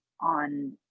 on